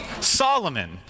Solomon